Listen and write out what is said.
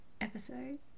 episode